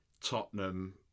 Tottenham